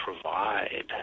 provide